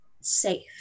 safe